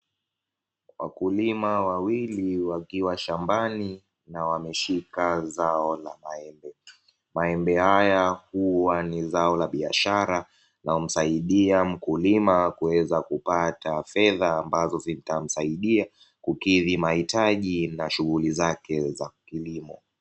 Wakulima wawili wakiwa shambani na wameshika zao la maembe. Maembe haya huwa ni zao la biashara na humsaidia mkulima kupata fedha ambazo zitamsaidia kukidhi mahitaji na shughuli zake za kilimo.